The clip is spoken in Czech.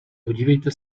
podívejte